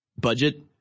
budget